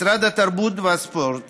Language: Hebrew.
משרד התרבות והספורט